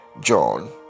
John